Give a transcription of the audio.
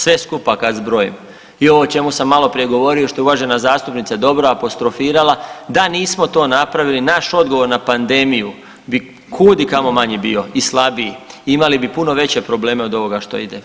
Sve skupa kad zbrojim i ovo o čemu sam maloprije govorio što je uvažena zastupnica dobro apostrofirala da nismo to napravili naš odgovor na pandemiju bi kud i kamo manji bio i slabiji, imali bi puno veće probleme od ovoga što ide.